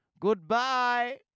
goodbye